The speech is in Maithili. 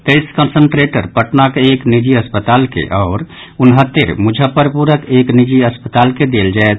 तैईस कन्संट्रेटर पटनाक एक निजी अस्पताल के आओर उनहत्तरि मुजफ्फरपुरक एक निजी अस्पताल के देल जायत